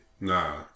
Nah